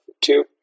two